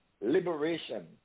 liberation